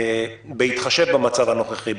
בהתחשב במצב הנוכחי,